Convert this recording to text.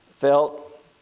felt